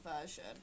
version